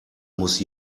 muss